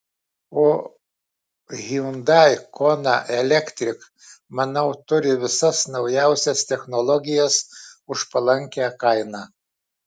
o hyundai kona electric manau turi visas naujausias technologijas už palankią kainą